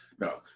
No